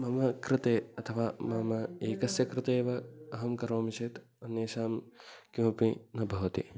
मम कृते अथवा मम एकस्य कृते एव अहं करोमि चेत् अन्येषां किमपि न भवति